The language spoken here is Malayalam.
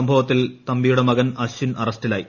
സംഭവത്തിൽ തമ്പിയുടെ മകൻ അശ്വിൻ അറസ്റ്റിലായി